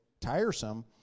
tiresome